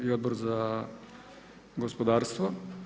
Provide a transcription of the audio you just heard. i Odbor za gospodarstvo.